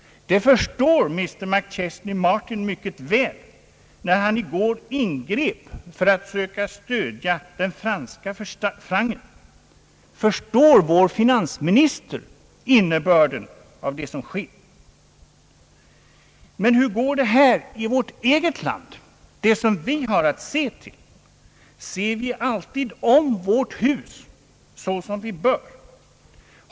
Det förstod Mr McChesney Martin mycket väl när han i går ingrep för att söka stödja den franska francen. Förstår vår finansminister innebörden av det som sker? Men hur går det här i vårt eget land? Ser vi alltid om vårt eget hus så som vi bör?